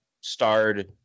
starred